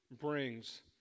brings